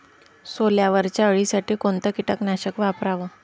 सोल्यावरच्या अळीसाठी कोनतं कीटकनाशक वापराव?